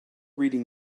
reading